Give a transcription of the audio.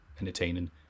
entertaining